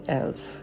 else